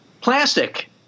Plastic